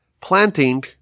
Planting